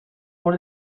por